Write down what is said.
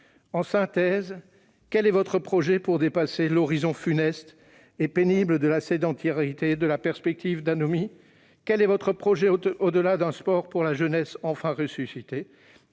la ministre, comment comptez-vous dépasser l'horizon funeste et pénible de la sédentarité et de la perspective d'anomie. Quel est votre projet au-delà d'un sport pour la jeunesse enfin ressuscitée ?